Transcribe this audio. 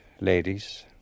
ladies